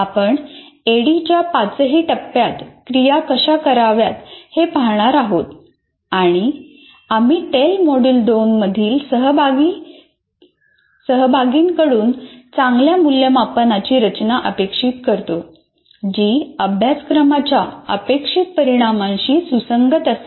आपण ऍडीच्या पाचही टप्प्यांत क्रिया कशा कराव्यात हे पाहणार आहोत आणि आम्ही टेल मॉड्यूल 2 मधील सहभागीं कडून चांगल्या मूल्यमापनाची रचना अपेक्षित करतो जी अभ्यासक्रमाच्या अपेक्षित परिणामांची सुसंगत असेल